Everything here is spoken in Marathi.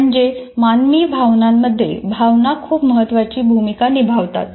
म्हणजेच मानवी भावनांमध्ये भावना खूप महत्वाची भूमिका निभावतात